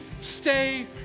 stay